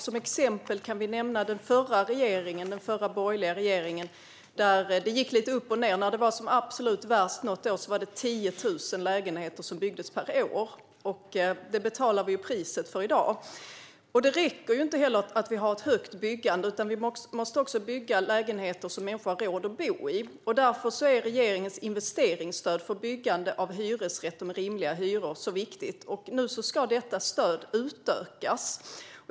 Som exempel kan jag nämna den förra borgerliga regeringen då det gick lite upp och ned. När det var som allra värst något år byggdes 10 000 lägenheter per år. I dag betalar vi priset för det. Det räcker inte med att vi har ett högt byggande. Man måste också bygga lägenheter som människor har råd att bo i. Därför är regeringens investeringsstöd för byggande av hyresrätter med rimliga hyror så viktigt. Nu ska detta stöd utökas.